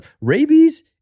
Rabies